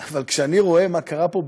אבל כשאני רואה מה קרה פה,